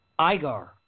Igar